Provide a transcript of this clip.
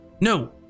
No